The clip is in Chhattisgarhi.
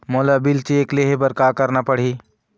मोला बिल चेक ले हे बर का करना पड़ही ही?